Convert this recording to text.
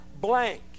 blank